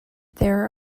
there